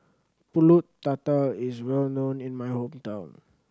Pulut Tatal is well known in my hometown